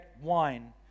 wine